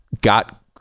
got